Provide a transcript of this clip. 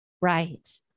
Right